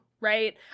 right